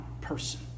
person